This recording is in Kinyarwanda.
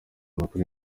makuru